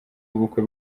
w’ubukwe